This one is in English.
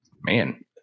Man